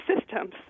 systems